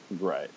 right